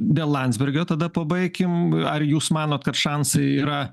dėl landsbergio tada pabaikim ar jūs manot kad šansai yra